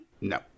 no